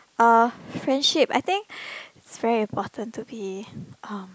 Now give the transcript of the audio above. uh friendship I think very important to be um